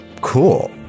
Cool